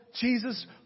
Jesus